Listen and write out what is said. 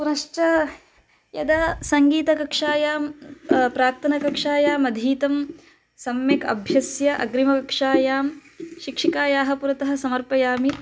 पुनश्च यदा सङ्गीतकक्ष्यायां प्राक्तनकक्ष्यायाम् अधीतं सम्यक् अभ्यस्य अग्रिमकक्षायां शिक्षिकायाः पुरतः समर्पयामि